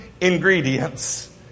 ingredients